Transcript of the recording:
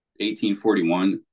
1841